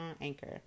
Anchor